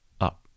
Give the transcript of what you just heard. up